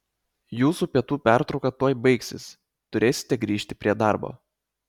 jūsų pietų pertrauka tuoj baigsis turėsite grįžti prie darbo